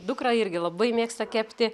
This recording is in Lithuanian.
dukra irgi labai mėgsta kepti